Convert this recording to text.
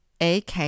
AK